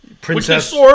Princess